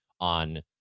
on